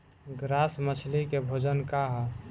Grass मछली के भोजन का ह?